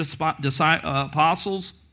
apostles